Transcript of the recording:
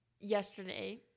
yesterday